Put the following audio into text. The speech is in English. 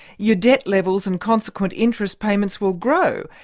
your debt levels and consequent interest payments will grow.